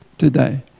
today